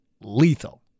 lethal